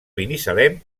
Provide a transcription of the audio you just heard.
binissalem